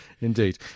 Indeed